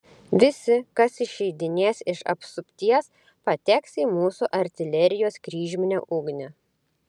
visi kas išeidinės iš apsupties pateks į mūsų artilerijos kryžminę ugnį